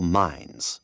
minds